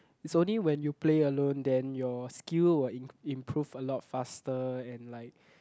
it's only when you play alone then your skill will im~ improve a lot faster and like